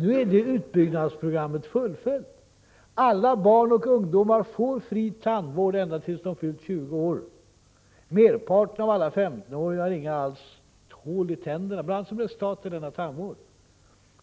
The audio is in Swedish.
Nu är utbyggnadsprogrammet fullföljt. Alla barn och ungdomar får fri tandvård ända tills de fyllt 20 år. Merparten av alla 15-åringar har inga hål i tänderna, bl.a. som ett resultat av denna tandvård.